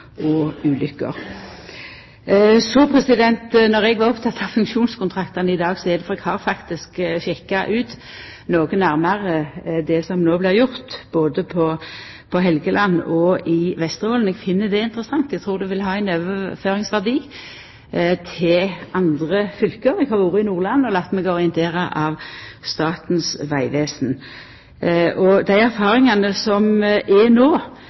og ulykker. Når eg er oppteken av funksjonskontraktane i dag, så er det for å sjekka nærmare det som no vart gjort både på Helgeland og i Vesterålen. Eg finn det interessant. Eg trur det vil ha ein overføringsverdi til andre fylke. Eg har vore i Nordland og late meg orientera av Statens vegvesen. Erfaringane frå i vinter, som mange av oss har opplevd, med sterkt og